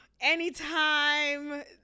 anytime